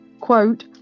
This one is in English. quote